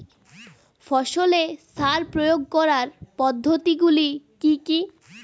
ফসলে সার প্রয়োগ করার পদ্ধতি গুলি কি কী?